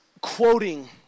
quoting